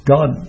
God